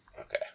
Okay